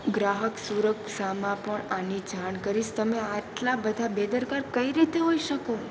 ગ્રાહક સુરક્ષામાં પણ આની જાણ કરીશ તમે આટલા બધા બેદરકાર કઈ રીતે હોઈ શકો